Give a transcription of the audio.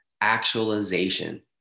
actualization